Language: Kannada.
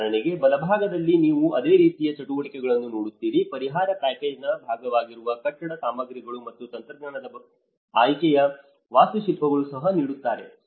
ಉದಾಹರಣೆಗೆ ಬಲಭಾಗದಲ್ಲಿ ನೀವು ಅದೇ ರೀತಿಯ ಚಟುವಟಿಕೆಗಳನ್ನು ನೋಡುತ್ತೀರಿ ಪರಿಹಾರ ಪ್ಯಾಕೇಜ್ನ ಭಾಗವಾಗಿರುವ ಕಟ್ಟಡ ಸಾಮಗ್ರಿಗಳು ಮತ್ತು ತಂತ್ರಜ್ಞಾನದ ಆಯ್ಕೆಗೆ ವಾಸ್ತುಶಿಲ್ಪಿಗಳು ಸಲಹೆ ನೀಡುತ್ತಾರೆ